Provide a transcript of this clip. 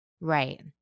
Right